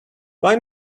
why